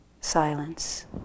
silence